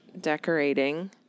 decorating